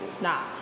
Nah